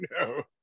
no